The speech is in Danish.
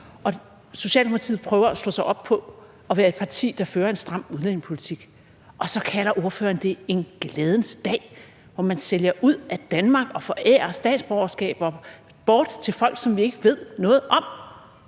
Socialdemokratiet prøver at slå sig op på at være et parti, der fører en stram udlændingepolitik, og så kalder ordføreren det en glædens dag – en dag, hvor man sælger ud af Danmark og forærer statsborgerskaber bort til folk, som vi ikke ved noget om.